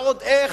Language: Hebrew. צריך ועוד איך.